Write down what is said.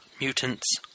mutants